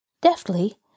Deftly